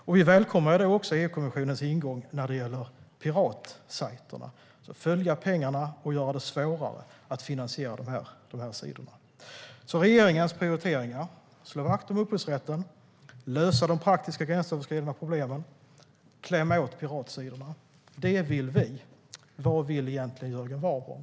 Därmed välkomnar vi också EU-kommissionens ingång gällande piratsajterna, att följa pengarna och göra det svårare att finansiera dessa sidor. Regeringens prioriteringar är alltså att slå vakt om upphovsrätten, att lösa de praktiska gränsöverskridande problemen och att klämma åt piratsidorna. Det vill vi. Vad vill egentligen Jörgen Warborn?